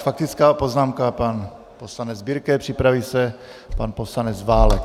Faktická poznámka, pan poslanec Birke, připraví se pan poslanec Válek.